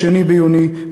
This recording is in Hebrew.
2 ביוני,